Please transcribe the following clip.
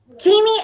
jamie